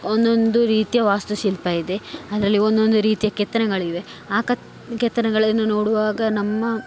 ಒಂದೊಂದು ರೀತಿಯ ವಾಸ್ತು ಶಿಲ್ಪ ಇದೆ ಅದರಲ್ಲಿ ಒಂದೊಂದು ರೀತಿಯ ಕೆತ್ತನೆಗಳಿವೆ ಆ ಕ ಕೆತ್ತನೆಗಳನ್ನು ನೋಡುವಾಗ ನಮ್ಮ